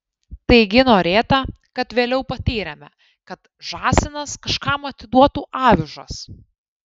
taigi norėta kaip vėliau patyrėme kad žąsinas kažkam atiduotų avižas